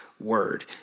word